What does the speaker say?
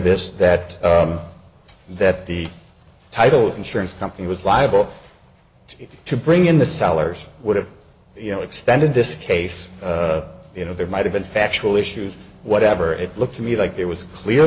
this that that the title insurance company was liable to get to bring in the sellers would have you know extended this case you know there might have been factual issues whatever it looked to me like there was clear